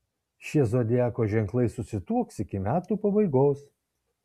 šie zodiako ženklai susituoks iki metų pabaigos